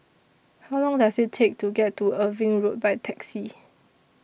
How Long Does IT Take to get to Irving Road By Taxi